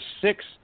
six